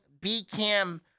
B-cam